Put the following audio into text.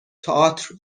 تئاتر